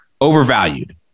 Overvalued